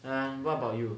and what about you